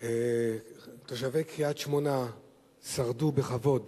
תושבי קריית-שמונה שרדו בכבוד